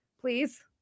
Please